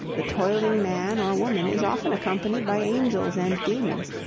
the toiling man or woman is often accompanied by angels and demons,